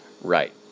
Right